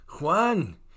Juan